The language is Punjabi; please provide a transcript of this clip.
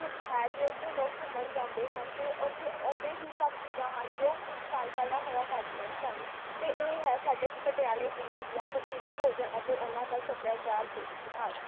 ਸਥਿਤ ਹੈ ਅਤੇ ਉੱਥੇ ਲੋਕ ਘੁੰਮਣ ਜਾਂਦੇ ਹਨ ਅਤੇ ਉੱਥੇ ਓਵੇਂ ਹੀ ਸਭ ਚੀਜ਼ਾਂ ਹਨ ਜੋ ਕੁਛ ਸਾਲ ਪਹਿਲਾਂ ਹੋਇਆ ਕਰਦੀਆਂ ਸਨ ਅਤੇ ਇਹ ਹੈ ਸਾਡੇ ਪਟਿਆਲੇ ਜ਼ਿਲ੍ਹੇ ਦੀਆਂ ਪ੍ਰਸਿੱਧ ਭੋਜਨ ਅਤੇ ਉਹਨਾਂ ਦਾ ਸੱਭਿਆਚਾਰ ਅਤੇ ਇਤਿਹਾਸ